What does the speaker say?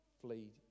flee